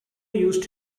used